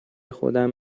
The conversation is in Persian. خودم